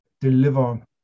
deliver